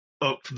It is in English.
up